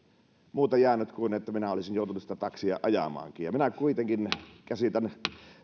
muuta jäänyt kuin että minä olisin joutunut sitä taksia ajamaankin ja minä kuitenkin käsitän